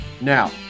Now